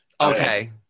Okay